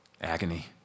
agony